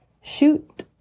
shoot